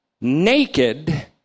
naked